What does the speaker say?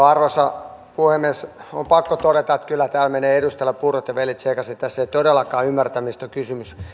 arvoisa puhemies on pakko todeta että kyllä täällä menevät edustajilla puurot ja vellit sekaisin tässä ei ole todellakaan ymmärretty mistä on kysymys